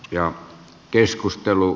ja keskustelu